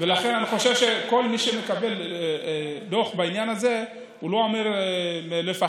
ולכן אני חושב שכל מי שמקבל דוח בעניין הזה לא אמור לפחד,